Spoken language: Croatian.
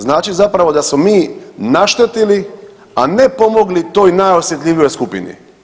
Znači zapravo da smo mi naštetili, a ne pomogli toj najosjetljivijoj skupini.